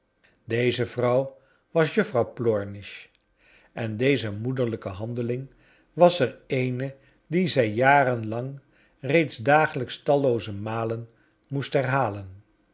deze vrouw was juffrouw plornish en deze moederlijke handeling was er eene die zij jaren lang reeds dagelijks tallooze malen moest herhalen